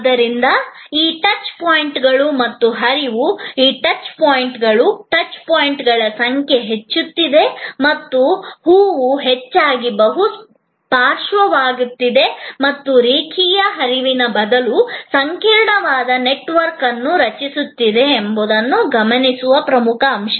ಆದ್ದರಿಂದ ಈ ಟಚ್ ಪಾಯಿಂಟ್ಗಳು ಮತ್ತು ಹರಿವು ಟಚ್ ಪಾಯಿಂಟ್ಗಳು ಟಚ್ ಪಾಯಿಂಟ್ಗಳ ಸಂಖ್ಯೆ ಹೆಚ್ಚುತ್ತಿದೆ ಮತ್ತು ಹೂವು ಹೆಚ್ಚಾಗಿ ಬಹು ಪಾರ್ಶ್ವವಾಗುತ್ತಿದೆ ಮತ್ತು ರೇಖೀಯ ಹರಿವಿನ ಬದಲು ಸಂಕೀರ್ಣವಾದ ನೆಟ್ವರ್ಕ್ ಅನ್ನು ರಚಿಸುತ್ತಿದೆ ಎಂಬುದನ್ನು ಗಮನಿಸುವ ಪ್ರಮುಖ ಅಂಶ